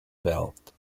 belt